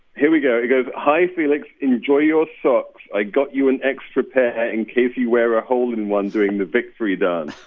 here we go. it goes, hi, felix. enjoy your socks. i got you an extra pair ah in case you wear a hole in one doing the victory dance